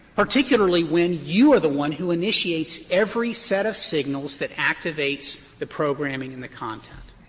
particularly when you are the one who initiates every set of signals that activates the programming and the content.